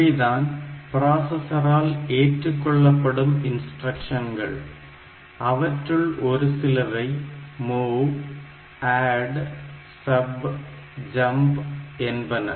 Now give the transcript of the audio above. இவைதான் பிராசசரால் ஏற்றுக்கொள்ளப்படும் இன்ஸ்டிரக்ஷன்கள் அவற்றுள் ஒருசிலவை MOV ADD SUB JUMP என்பன